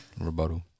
rebuttal